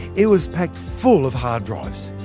it was packed full of hard drives,